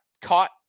caught